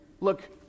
Look